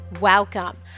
welcome